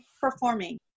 performing